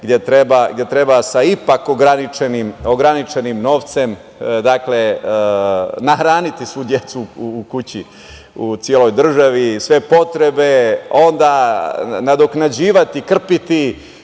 gde treba sa ipak ograničenim novcem nahraniti svu decu u kući, u celoj državi, sve potrebe, onda nadoknađivati, krpiti